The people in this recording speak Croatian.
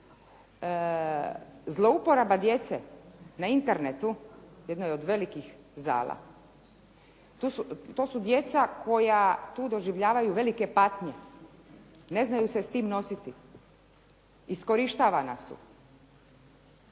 Zlouporaba djece na Internetu, jedno je od velikih zala. To su djeca koja tu doživljavaju velike patnje. Ne znaju se s tim nositi, iskorištavana su.